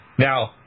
Now